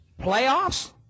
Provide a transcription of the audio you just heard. Playoffs